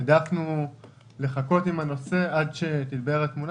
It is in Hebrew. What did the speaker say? העדפנו לחכות עם הנושא עד שתתבהר התמונה